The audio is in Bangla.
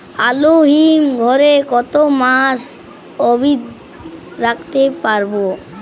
আলু হিম ঘরে কতো মাস অব্দি রাখতে পারবো?